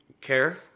Care